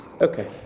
Okay